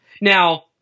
Now